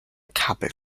kabel